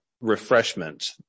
refreshment